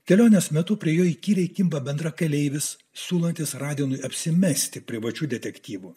kelionės metu prie jo įkyriai kimba bendrakeleivis siūlantis radinui apsimesti privačių detektyvų